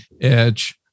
Edge